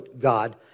God